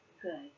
good